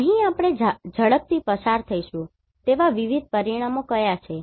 અહીં આપણે ઝડપથી પસાર થઈશું તેવા વિવિધ પરિમાણો કયા છે